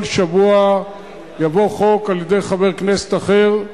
החלת החוק ביהודה ושומרון,